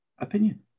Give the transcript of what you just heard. opinion